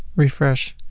refresh